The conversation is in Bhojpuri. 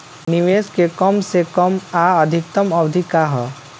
निवेश के कम से कम आ अधिकतम अवधि का है?